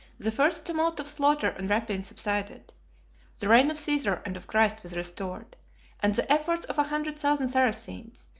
the first tumult of slaughter and rapine subsided the reign of caesar and of christ was restored and the efforts of a hundred thousand saracens,